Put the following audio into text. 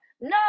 No